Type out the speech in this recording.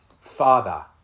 Father